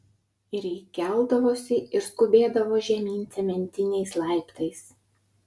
ir ji keldavosi ir skubėdavo žemyn cementiniais laiptais